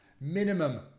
Minimum